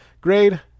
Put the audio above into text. Grade